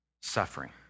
suffering